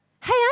Hey